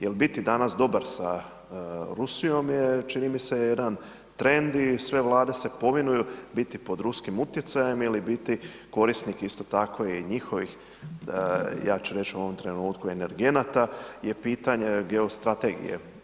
Jer biti danas dobar sa Rusijom je, čini mi se jedan trend i sve Vlade se povinuju biti pod ruskim utjecajem ili biti korisnik, isto tako i njihovih, ja ću reći u ovom trenutku, energenata, je pitanje geostrategije.